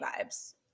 vibes